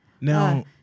Now